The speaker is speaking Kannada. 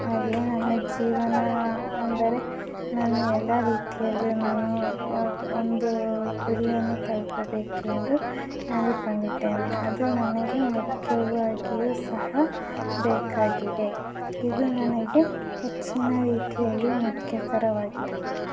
ಹಾಗೆಯೇ ನನ್ನ ಜೀವನ ಅಂದರೆ ನಾನು ಎಲ್ಲ ರೀತಿಯಲ್ಲಿಯೂ ನಾನು ಒಂದು ಗುರಿಯನ್ನು ತಲುಪಬೇಕೆಂದು ಅಂದುಕೊಂಡಿದ್ದೇನೆ ಅದು ನನಗೆ ಮುಖ್ಯವಾಗಿಯೂ ಸಹ ಬೇಕಾಗಿದೆ ಇದು ನನಗೆ ಹೆಚ್ಚಿನ ರೀತಿಯಲ್ಲಿ ಮುಖ್ಯಕರವಾಗಿದೆ